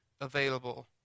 available